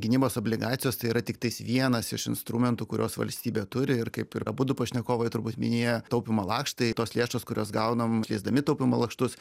gynybos obligacijos tai yra tiktais vienas iš instrumentų kuriuos valstybė turi ir kaip ir abudu pašnekovai turbūt minėjo taupymo lakštai tos lėšos kurias gaunam keisdami taupymo lakštus